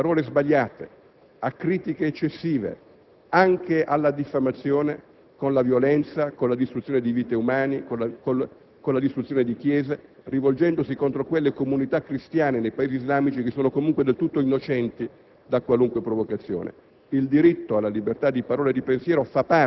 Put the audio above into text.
Non è possibile rispondere a parole sbagliate, a critiche eccessive, anche alla diffamazione con la violenza, con la distruzione di vite umane, con la distruzione di chiese, rivolgendosi contro quelle comunità cristiane nei Paesi islamici che sono comunque del tutto innocenti rispetto a qualunque provocazione.